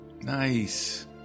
Nice